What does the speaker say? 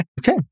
Okay